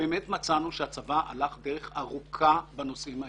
באמת מצאנו שהצבא הלך דרך ארוכה בנושאים הללו,